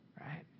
right